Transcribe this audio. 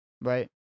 Right